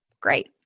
great